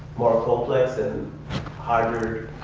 more complex and harder,